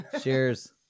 Cheers